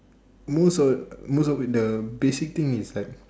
most of most of the basic thing is like